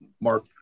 Mark